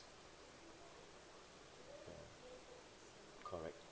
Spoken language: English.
correct